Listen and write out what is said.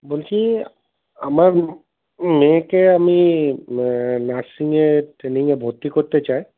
বলছি আমার মেয়েকে আমি নার্সিংয়ের ট্রেনিংয়ে ভর্তি করতে চাই